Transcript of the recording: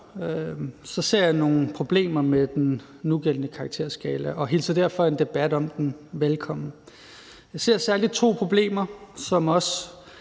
ser jeg nogle problemer med den nugældende karakterskala, og jeg hilser derfor en debat om den velkommen. Jeg ser særlig, at der er to problemer, som også